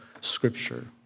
Scripture